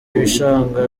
ibishanga